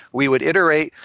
we would iterate.